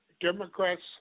Democrats